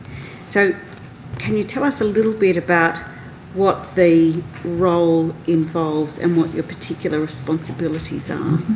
so can you tell us a little bit about what the role involves and what your particular responsibilities um